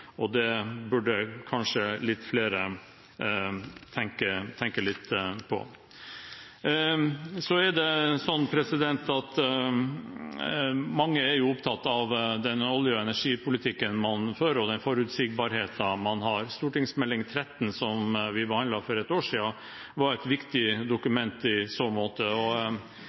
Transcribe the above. og det burde kanskje litt flere tenke litt på. Mange er opptatt av den olje- og energipolitikken man fører, og den forutsigbarheten man har. Meld. St. 13 for 2014–2015, som vi behandlet for et år siden, var et viktig dokument i så måte.